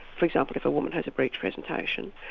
for example if a woman has a breech presentation,